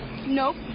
nope